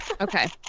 okay